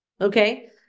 Okay